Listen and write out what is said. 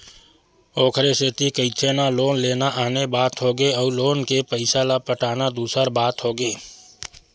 ओखरे सेती कहिथे ना लोन लेना आने बात होगे अउ लोन के पइसा ल पटाना दूसर बात होगे